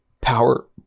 power